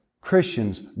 Christians